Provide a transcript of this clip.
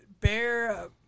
Bear